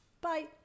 bye